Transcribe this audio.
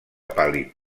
pàl·lid